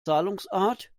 zahlungsart